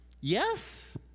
Yes